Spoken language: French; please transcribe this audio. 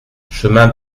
chemin